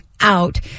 out